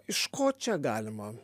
iš ko čia galima